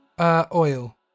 Oil